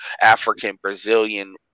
African-Brazilian